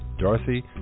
Dorothy